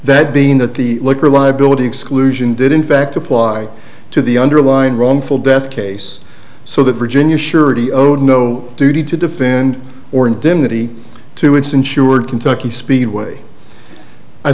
that being that the liquor liability exclusion did in fact apply to the underlying wrongful death case so that virginia surety owed no duty to defend or indemnity to its insured kentucky speedway i